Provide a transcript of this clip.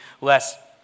less